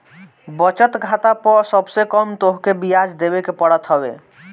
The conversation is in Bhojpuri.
बचत खाता पअ सबसे कम तोहके बियाज देवे के पड़त हवे